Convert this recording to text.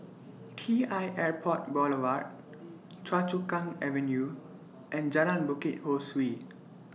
T L Airport Boulevard Choa Chu Kang Avenue and Jalan Bukit Ho Swee